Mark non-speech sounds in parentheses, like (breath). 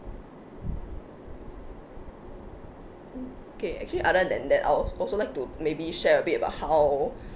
mm K actually other than that I was also like to maybe share a bit about how (breath)